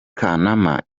kanama